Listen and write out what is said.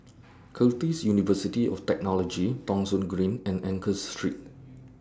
Curtin University of Technology Thong Soon Green and Angus Street